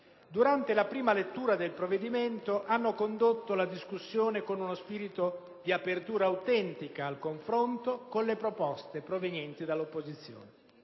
durante la prima lettura del provvedimento hanno condotto la discussione con uno spirito di apertura autentica al confronto con le proposte provenienti dall'opposizione.